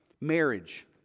Marriage